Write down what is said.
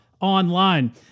online